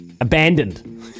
Abandoned